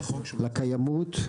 לקיימות.